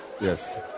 yes